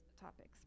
topics